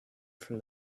from